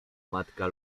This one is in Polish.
matka